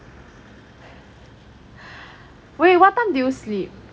wait what time do you sleep